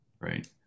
right